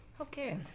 Okay